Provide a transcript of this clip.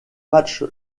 matchs